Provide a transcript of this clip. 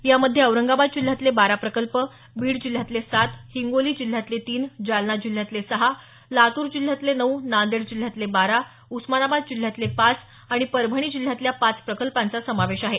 यामध्ये औरंगाबाद जिल्ह्यातले बारा प्रकल्प बीड जिल्ह्यातले सात हिंगोली जिल्ह्यातले तीन जालना जिल्ह्यातले सहा लातूर जिल्ह्यातले नऊ नांदेड जिल्ह्यातले बारा उस्मानाबाद जिल्ह्यातले पाच आणि परभणी जिल्ह्यातल्या पाच प्रकल्पांचा समावेश आहे